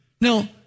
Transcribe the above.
Now